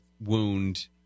wound